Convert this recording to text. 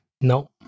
No